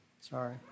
Sorry